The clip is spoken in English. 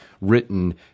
written